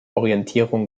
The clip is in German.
orientierung